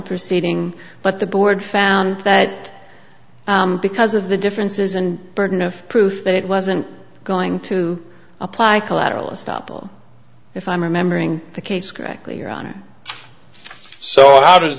proceeding but the board found that because of the differences and burden of proof that it wasn't going to apply collateral estoppel if i'm remembering the case correctly you're on so how does